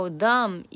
dumb